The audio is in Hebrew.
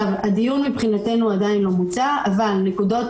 הדיון מבחינתנו עדיין לא מוצה אבל נקודות